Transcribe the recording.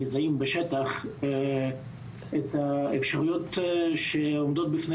מזהים בשטח את האפשרויות שעומדות בפני